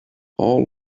all